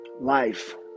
Life